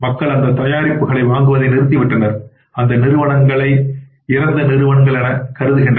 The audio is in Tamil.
மக்கள் அந்த தயாரிப்புகளை வாங்குவதை நிறுத்திவிட்டனர் அந்த நிறுவனங்களை இறந்த நிறுவனங்கள் எனக் கருதுகின்றனர்